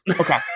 Okay